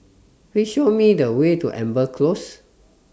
Please Show Me The Way to Amber Close